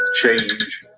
change